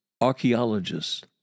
archaeologists